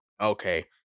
okay